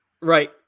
Right